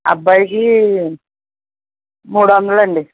అబ్బాయికీ మూడొందలు అండి